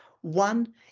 One